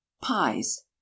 Pies